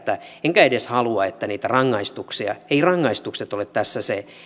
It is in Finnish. enkä edes halua että niitä rangaistuksia eivät rangaistukset ole tässä se